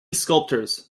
sculptors